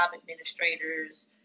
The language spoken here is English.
administrators